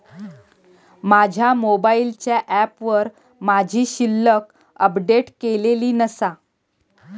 माझ्या मोबाईलच्या ऍपवर माझी शिल्लक अपडेट केलेली नसा